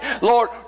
Lord